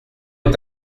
est